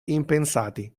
impensati